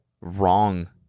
wrong